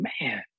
man